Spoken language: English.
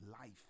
life